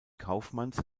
kaufmanns